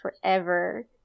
forever